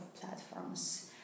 platforms